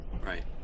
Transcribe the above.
right